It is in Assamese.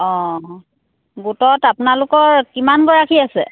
অঁ গোটত আপোনালোকৰ কিমানগৰাকী আছে